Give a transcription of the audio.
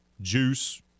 Juice